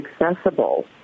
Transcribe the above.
accessible